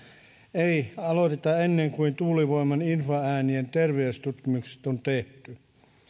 ei aloiteta ennen kuin tuulivoiman infraäänien terveystutkimukset on tehty